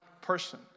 person